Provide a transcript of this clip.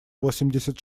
восемьдесят